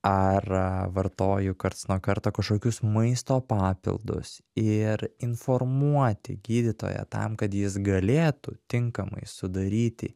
ar vartoju karts nuo karto kažkokius maisto papildus ir informuoti gydytoją tam kad jis galėtų tinkamai sudaryti